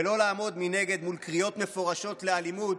ולא לעמוד מנגד מול קריאות מפורשות לאלימות",